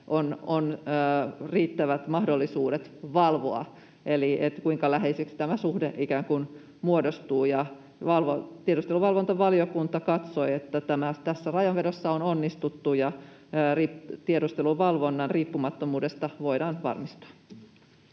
on riittävät mahdollisuudet valvoa, eli kuinka läheiseksi tämä suhde ikään kuin muodostuu. Tiedusteluvalvontavaliokunta katsoi, että tässä rajanvedossa on onnistuttu ja tiedusteluvalvonnan riippumattomuudesta voidaan varmistua.